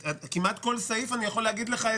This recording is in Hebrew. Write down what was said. כמעט בכל סעיף אני יכול להגיד לך על